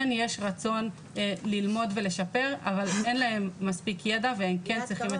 כן יש רצון ללמוד ולשפר אבל אין להם מספיק ידע והם כן צריכים את הליווי.